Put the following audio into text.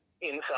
inside